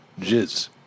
Jizz